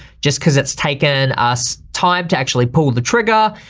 just cause it's taken us time to actually pull the trigger.